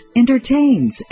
entertains